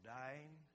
dying